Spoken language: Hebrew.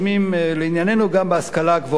לענייננו גם בהשכלה הגבוהה,